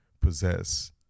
possess